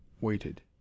waited